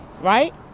Right